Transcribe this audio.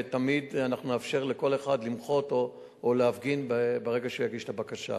ותמיד נאפשר לכל אחד למחות או להפגין ברגע שיגיש את הבקשה.